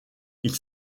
ils